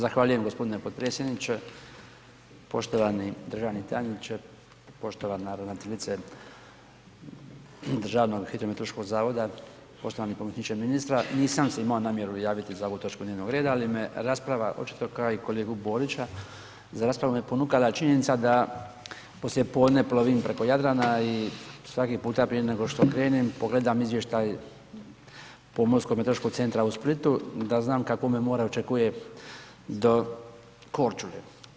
Zahvaljujem gospodine potpredsjedniče, poštovani državni tajniče, poštovana ravnateljice Državnog hidrometeorološkog zavoda, poštovani pomoćniče ministra, nisam se imao namjeru javiti za ovu točku dnevnog reda, ali me rasprava očito kao i kolegu Borića, za raspravu me ponukala činjenica da poslije podne plovim preko Jadrana i svaki puta prije nego što krenem pogledam izvještaj Pomorsko meteorološkog centra u Splitu da znam kakvo me more očekuje do Korčule.